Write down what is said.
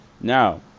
Now